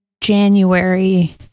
January